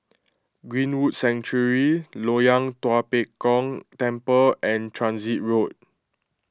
Greenwood Sanctuary Loyang Tua Pek Kong Temple and Transit Road